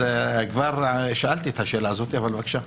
כבר שאלתי את השאלה הזאת, אבל בבקשה.